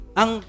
ang